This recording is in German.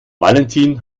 valentin